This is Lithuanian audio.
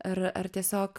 ar ar tiesiog